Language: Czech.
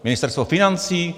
Ministerstvo financí?